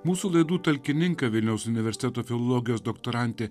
mūsų laidų talkininką vilniaus universiteto filologijos doktorante